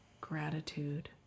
gratitude